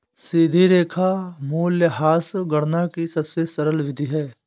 सीधी रेखा मूल्यह्रास गणना की सबसे सरल विधि है